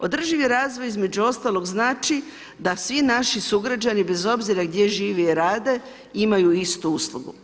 Održivi razvoj između ostalog znači da svi naši sugrađani bez obzira gdje žive i rade imaju istu uslugu.